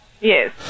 Yes